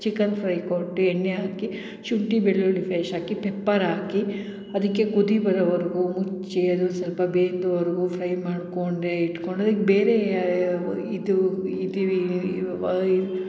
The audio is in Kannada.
ಚಿಕನ್ ಫ್ರೈ ಕೊಟ್ಟು ಎಣ್ಣೆ ಹಾಕಿ ಶುಂಠಿ ಬೆಳ್ಳುಳ್ಳಿ ಪೇಶ್ಟ್ ಹಾಕಿ ಪೆಪ್ಪರ್ ಹಾಕಿ ಅದಕ್ಕೆ ಕುದಿ ಬರೋವರ್ಗೂ ಮುಚ್ಚಿ ಅದು ಸ್ವಲ್ಪ ಬೇಯ್ತುವರೆಗೂ ಫ್ರೈ ಮಾಡಿಕೊಂಡೆ ಇಟ್ಕೊಂಡು ಅದಕ್ಕೆ ಬೇರೆ ಯಾವ ಯಾವ ಇದು ಈ